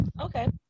Okay